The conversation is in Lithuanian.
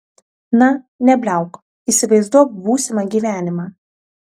na nebliauk įsivaizduok būsimą gyvenimą